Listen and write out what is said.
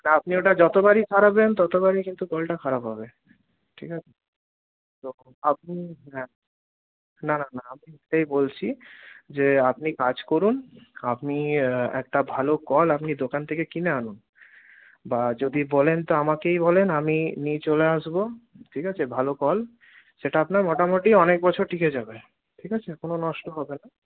তা আপনি ওটা যতবারই সারাবেন ততবারই কিন্তু কলটা খারাপ হবে ঠিক আছে তো আপনি হ্যাঁ না না না আমি সেটাই বলছি যে আপনি কাজ করুন আপনি একটা ভালো কল আপনি দোকান থেকে কিনে আনুন বা যদি বলেন তো আমাকেই বলেন আমি নিয়ে চলে আসব ঠিক আছে ভালো কল সেটা আপনার মোটামুটি অনেক বছর টিকে যাবে ঠিক আছে কোনো নষ্ট হবে না